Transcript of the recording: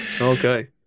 Okay